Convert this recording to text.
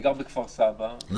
אני גר בכפר סבא,